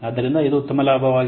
ಆದ್ದರಿಂದ ಇದು ಉತ್ತಮ ಲಾಭವಾಗಿದೆ